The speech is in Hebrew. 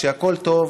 כשהכול טוב,